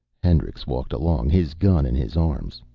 hendricks walked along, his gun in his arms.